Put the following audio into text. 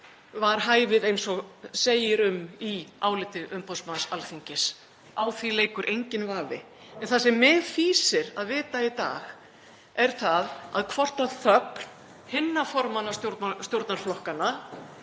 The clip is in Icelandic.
var hæfið eins og segir í áliti umboðsmanns Alþingis. Á því leikur enginn vafi. En það sem mig fýsir að vita í dag er það hvort þögn hinna formanna stjórnarflokkanna